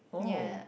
oh